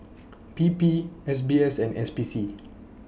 P P S B S and S P C